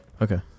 Okay